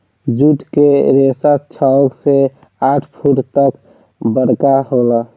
जुट के रेसा छव से आठ फुट तक बरका होला